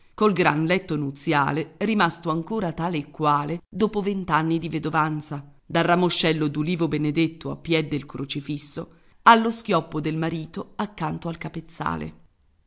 col gran letto nuziale rimasto ancora tale e quale dopo vent'anni di vedovanza dal ramoscello d'ulivo benedetto a piè del crocifisso allo schioppo del marito accanto al capezzale